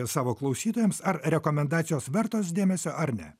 savo klausytojams ar rekomendacijos vertos dėmesio ar ne